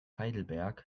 heidelberg